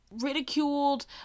ridiculed